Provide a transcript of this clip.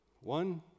One